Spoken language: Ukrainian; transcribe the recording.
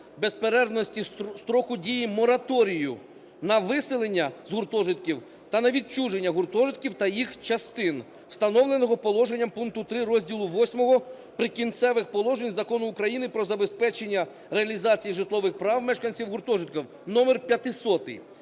безперервності строку дії мораторію на виселення з гуртожитків та на відчуження гуртожитків та їх частин, встановленого положенням пункту 3 розділу VІІІ "Прикінцеві положення" Закону України "Про забезпечення реалізації житлових прав мешканців гуртожитків" (№ 500).